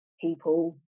people